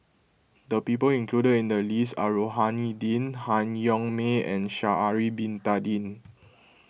the people included in the list are Rohani Din Han Yong May and Sha'ari Bin Tadin